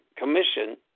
Commission